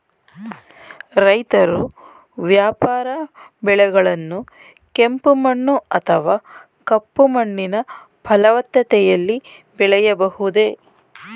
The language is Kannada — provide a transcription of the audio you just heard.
ರೈತರು ವ್ಯಾಪಾರ ಬೆಳೆಗಳನ್ನು ಕೆಂಪು ಮಣ್ಣು ಅಥವಾ ಕಪ್ಪು ಮಣ್ಣಿನ ಫಲವತ್ತತೆಯಲ್ಲಿ ಬೆಳೆಯಬಹುದೇ?